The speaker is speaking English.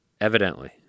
evidently